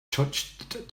touched